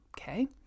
okay